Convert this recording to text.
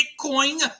Bitcoin